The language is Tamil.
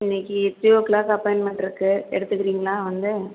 இன்னிக்கு த்ரீ ஓ க்ளாக் அப்பாய்ன்மெண்ட் இருக்குது எடுத்துக்குறீங்களா வந்து